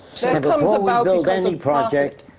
um um ah build any project,